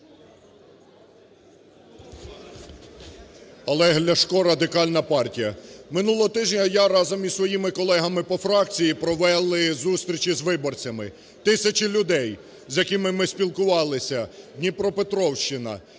Олег Ляшко, Радикальна партія. Минулого тижня я разом із своїми колегами по фракції провели зустрічі з виборцями. Тисячі людей, з якими ми спілкувалися: Дніпропетровщина,